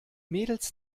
mädels